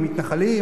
המתנחלים,